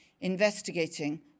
investigating